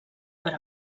per